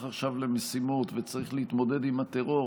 עכשיו למשימות וצריך להתמודד עם הטרור,